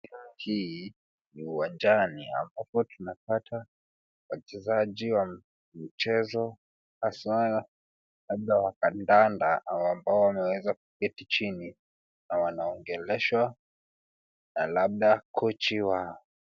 Hii ni uwanjani, ambapo tunapata wachezaji wa michezo, hasa, labda wa kandanda, ambao wameweza kuketi chini na wanaongeleshwa na labda kochi wao.